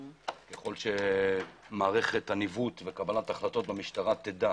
ככל שמערכת הניווט וקבלת החלטות במשטרה תדע